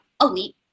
elite